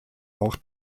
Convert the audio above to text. auch